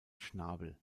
schnabel